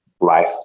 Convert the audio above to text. life